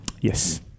Yes